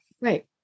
Right